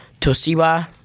Toshiba